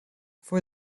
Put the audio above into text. for